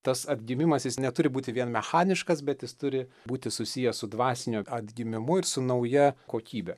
tas atgimimas jis neturi būti vien mechaniškas bet jis turi būti susijęs su dvasiniu atgimimu ir su nauja kokybe